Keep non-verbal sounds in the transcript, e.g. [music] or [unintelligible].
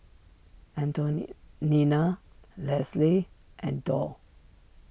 [unintelligible] Nina Lesly and Doll